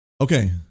Okay